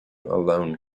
alone